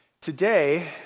Today